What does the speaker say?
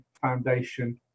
foundation